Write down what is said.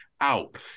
out